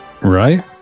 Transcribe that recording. Right